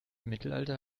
mittelalter